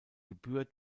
gebühr